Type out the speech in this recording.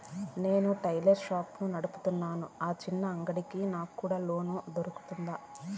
నేను tailor shop నడుపుతున్నాను, నా చిన్న అంగడి కి కూడా నాకు లోను దొరుకుతుందా?